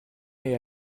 est